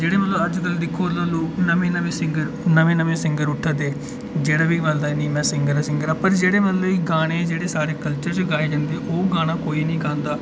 जेह्ड़े मतलब अज्जकल दिक्खो तां लोग नमें नमें सिंगर उठा दे जेह्ड़े बी बोलदा नी में सिंगर आं सिंगर आं पर जेह्डे़ मतलब की गाने साढ़े कल्चर च गाये जन्दे न ओह् गाना कोई निं गांदा